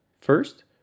First